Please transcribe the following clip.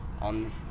on